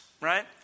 right